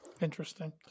Interesting